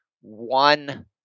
one